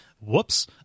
Whoops